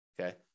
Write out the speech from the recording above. okay